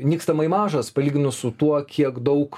nykstamai mažas palyginus su tuo kiek daug